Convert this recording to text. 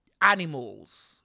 animals